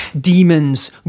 demons